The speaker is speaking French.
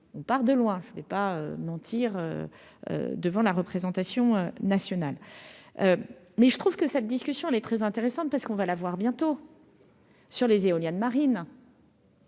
on part de loin, je ne vais pas mentir devant la représentation nationale, mais je trouve que cette discussion est très intéressante parce qu'on va l'avoir bientôt sur les éoliennes marines.